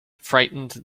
frightened